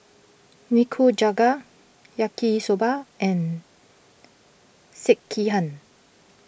Nikujaga Yaki Soba and Sekihan